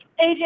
AJ